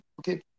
Okay